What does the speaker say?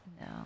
No